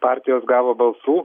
partijos gavo balsų